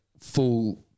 full